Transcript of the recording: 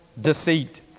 deceit